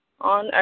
on